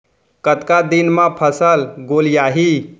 कतका दिन म फसल गोलियाही?